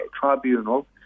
tribunal